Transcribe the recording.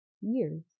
years